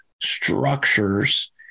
structures